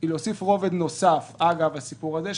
להוסיף רובד נוסף אגב הסיפור הזה,